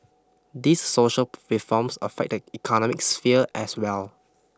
these social reforms affect the economic sphere as well